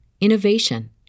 innovation